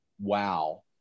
wow